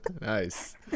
Nice